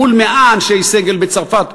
מול 100 אנשי סגל בצרפת,